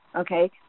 okay